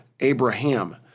Abraham